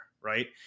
right